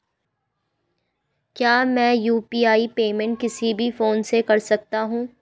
क्या मैं UPI payment किसी भी फोन से कर सकता हूँ?